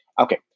Okay